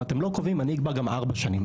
אם אתם לא קובעים אני אקבע גם ארבע שנים.